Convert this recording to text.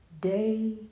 Day